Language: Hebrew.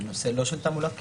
לא בנושא של תעמולת בחירות?